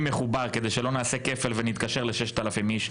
מחובר כדי שלא נעשה כפל ונתקשר ל-6,000 איש.